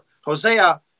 Hosea